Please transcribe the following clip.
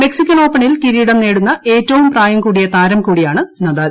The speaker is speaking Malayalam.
മെക്സിക്കൻ ഓപ്പണിൽ കിരീടം നേടുന്ന ഏറ്റവും പ്രായംകൂടിയ താരം കൂടിയാണ് നദാൽ